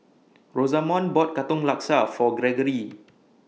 Rosamond bought Katong Laksa For Greggory